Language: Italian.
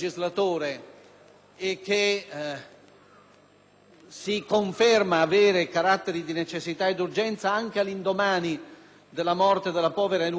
si conferma avere carattere di necessità ed urgenza anche all'indomani della morte della povera Eluana Englaro. Moltissime persone in Italia,